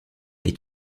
est